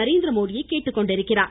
நரேந்திரமோடியை கேட்டுக்கொண்டிருக்கிறார்